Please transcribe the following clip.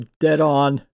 dead-on